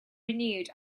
renewed